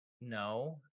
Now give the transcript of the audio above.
no